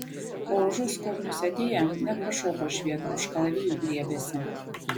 o užu skobnių sėdėję net pašoko iš vietų už kalavijų griebėsi